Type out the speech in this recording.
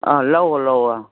ꯑꯥ ꯂꯧꯋꯣ ꯂꯧꯋꯣ